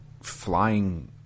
flying